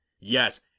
Yes